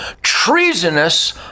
treasonous